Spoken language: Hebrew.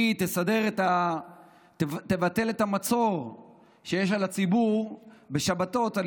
היא תבטל את המצור שיש לציבור בשבתות על